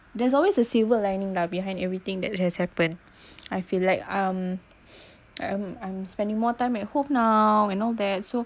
there's always a silver lining lah behind everything that has happened I feel like um I'm I'm spending more time at home now and all that so